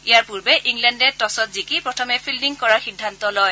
ইয়াৰ পূৰ্বে ইংলেণ্ডে টছত জিকি প্ৰথমে ফিল্ডিং কৰাৰ সিদ্ধান্ত লয়